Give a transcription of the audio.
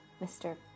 Mr